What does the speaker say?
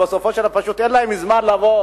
בסופו של דבר פשוט אין להם זמן לבוא,